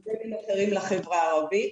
--- מודלים אחרים לחברה הערבית.